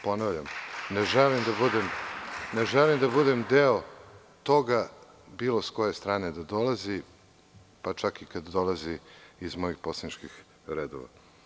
Ponavljam, ne želim da budem deo toga bilo sa koje strane da dolazi, pa čak i kada dolazi iz mojih poslaničkih redova.